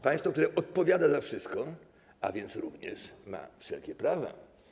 Państwo, które odpowiada za wszystko, ma również wszelkie prawa.